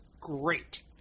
great